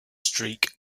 streak